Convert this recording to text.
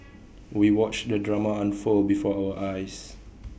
we watched the drama unfold before our eyes